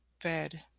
fed